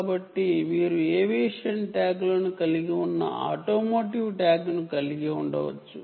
కాబట్టి మీరు ఏవియేషన్ ట్యాగ్లను ఆటోమోటివ్ ట్యాగ్లను కలిగి ఉండవచ్చు